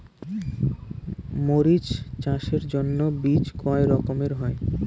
মরিচ চাষের জন্য বীজ কয় রকমের হয়?